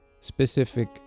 specific